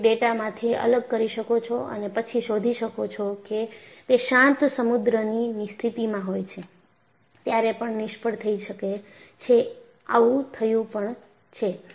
તેને ડેટામાંથી અલગ કરી શકો છો અને પછી શોધી શકો છોકે તે શાંત સમુદ્રની સ્થિતિમાં હોય છે ત્યારે પણ નિષ્ફળ થઈ શકે છે આવું થયું પણ છે